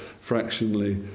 fractionally